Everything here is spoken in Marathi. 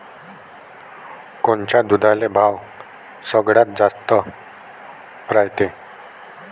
कोनच्या दुधाले भाव सगळ्यात जास्त रायते?